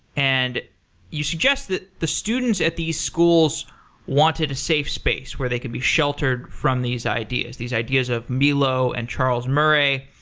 and you suggest that the students at the schools wanted a save space where they could be sheltered from these ideas these idea of milo and charles murray.